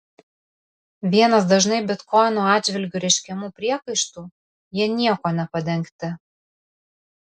vienas dažnai bitkoinų atžvilgiu reiškiamų priekaištų jie niekuo nepadengti